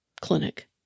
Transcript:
clinic